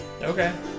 Okay